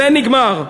זה נגמר.